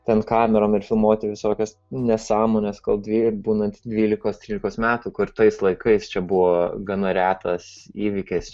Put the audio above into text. ten kamerom ir filmuoti visokias nesąmones kol dvie būnant dvylikos trylikos metų kur tais laikais čia buvo gana retas įvykis